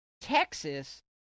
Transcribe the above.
Texas